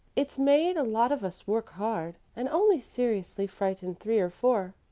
it's made a lot of us work hard, and only seriously frightened three or four.